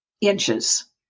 inches